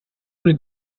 ohne